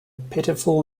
pitiful